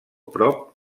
prop